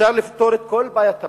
אפשר לפתור את כל בעיית הפליטים.